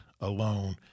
alone